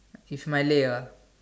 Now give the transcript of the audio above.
is my lay ah